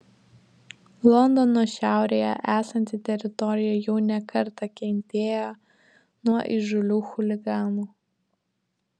londono šiaurėje esanti teritorija jau ne kartą kentėjo nuo įžūlių chuliganų